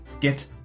get